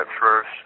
first